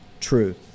truth